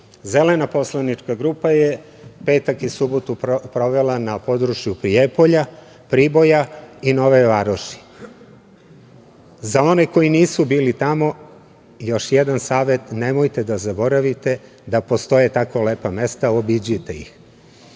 poslanička grupa je petak i subotu provela na području Prijepolja, Priboja i Nove Varoši. Za one koji nisu bili tamo još jedan savet, nemojte da zaboravite da postoje tako lepa mesta, obiđite